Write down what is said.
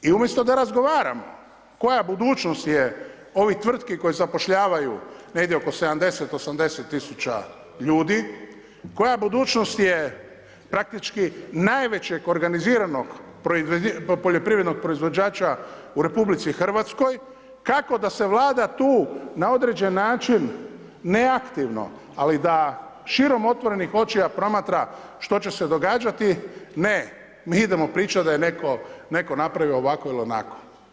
I umjesto da razgovaramo koja budućnost je ovih tvrtki koje zapošljavaju negdje oko 70-80 tisuća ljudi, koja budućnost je praktički najvećeg organiziranog poljoprivrednog proizvođača u RH, kako da se Vlada tu na određeni način ne aktivno, ali da širom otvorenih očiju promatra što će se događati, ne, mi idemo pričati da je netko napravio ovako ili onako.